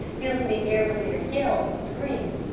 filling the air with their yells and screams,